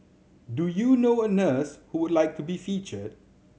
do you know a nurse who would like to be featured